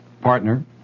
partner